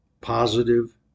positive